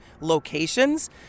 locations